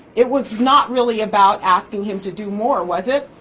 it was not really about asking him to do more, was it?